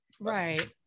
Right